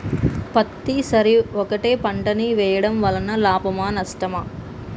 పత్తి సరి ఒకటే పంట ని వేయడం వలన లాభమా నష్టమా?